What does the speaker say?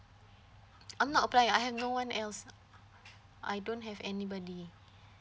I'm not applying I have no one else I don't have anybody